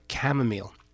chamomile